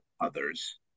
others